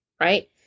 right